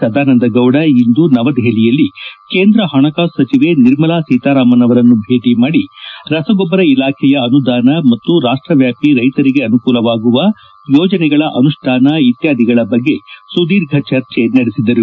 ಸದಾನಂದ ಗೌಡ ಇಂದು ನವದೆಪಲಿಯಲ್ಲಿ ಕೇಂದ್ರ ಹಣಕಾಸು ಸಚಿವೆ ನಿರ್ಮಲಾ ಸೀತಾರಾಮನ್ ಅವರನ್ನು ಭೇಟಿ ಮಾಡಿ ರಸಗೊಬ್ಬರ ಇಲಾಖೆಯ ಅನುದಾನ ಮತ್ತು ರಾಷ್ಟ ವ್ಯಾಪಿ ರೈತರಿಗೆ ಅನುಕೂಲವಾಗುವ ಯೋಜನೆಗಳ ಅನುಷ್ನಾನ ಇತ್ಯಾದಿಗಳ ಬಗ್ಗೆ ಸುದೀರ್ಘ ಚರ್ಚೆ ನಡೆಸಿದರು